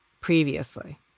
previously